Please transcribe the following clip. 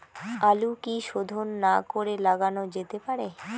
আলু কি শোধন না করে লাগানো যেতে পারে?